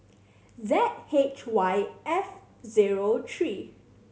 Z H Y F zero three